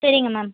சரிங்க மேம்